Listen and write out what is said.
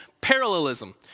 parallelism